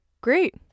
great